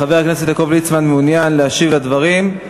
חבר הכנסת יעקב ליצמן מעוניין להשיב לדברים?